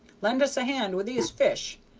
lend us a hand with these fish,